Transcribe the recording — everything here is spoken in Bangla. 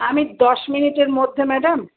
আমি দশ মিনিটের মধ্যে ম্যাডাম